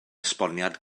esboniad